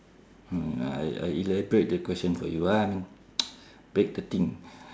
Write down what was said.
hmm I I elaborate the question for you ah I mean break the thing